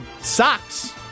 socks